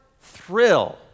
thrill